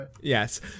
Yes